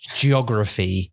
geography